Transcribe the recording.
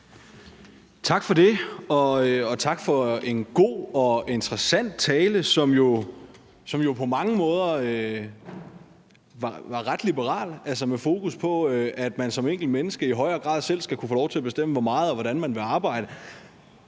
Tak for det, og tak for en god og interessant tale, som jo på mange måder var ret liberal, altså med fokus på, at man som enkelt menneske i højere grad selv skal kunne få lov til at bestemme, hvor meget eller hvordan man vil arbejde.